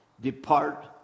depart